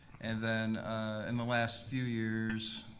and then in the last few years,